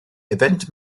event